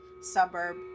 suburb